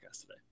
today